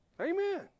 Amen